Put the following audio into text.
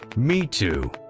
me too.